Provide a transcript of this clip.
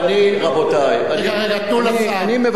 רבותי, אני מבקש,